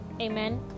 Amen